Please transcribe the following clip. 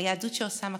על יהדות שעושה מקום,